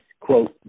quote